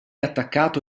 attaccato